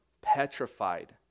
petrified